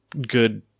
good